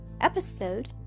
Episode